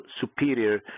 superior